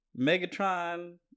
Megatron